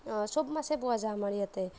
চব মাছেই পোৱা যায় আমাৰ ইয়াতে